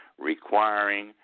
requiring